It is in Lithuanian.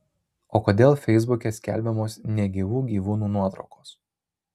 o kodėl feisbuke skelbiamos negyvų gyvūnų nuotraukos